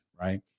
Right